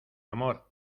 amor